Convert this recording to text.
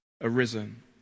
arisen